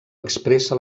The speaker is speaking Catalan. expressa